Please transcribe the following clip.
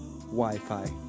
Wi-Fi